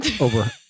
over